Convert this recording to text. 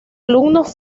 alumnos